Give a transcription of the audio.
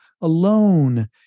alone